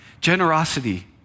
generosity